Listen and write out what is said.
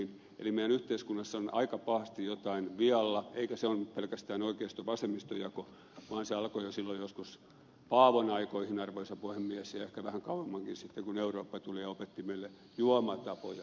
eli meidän yhteiskunnassamme on aika pahasti jotain vialla eikä se ole pelkästään oikeistovasemmisto jako vaan se alkoi jo silloin joskus paavon aikoihin arvoisa puhemies ja ehkä vähän kauemminkin sitten kun eurooppa tuli ja opetti meille juomatapoja ja muitakin tapoja